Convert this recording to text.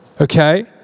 Okay